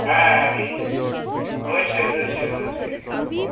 হ্যাঁ ওই রয়েছে রয়েছে রয়েছে এটি রয়েছে